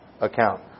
account